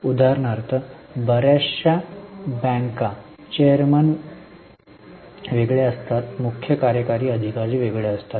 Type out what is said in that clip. उदाहरणार्थ बर्याच बँका चेअरमन वेगळे असतात मुख्य कार्यकारी अधिकारी वेगळे असतात